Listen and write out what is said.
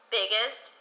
biggest